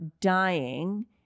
dying